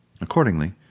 Accordingly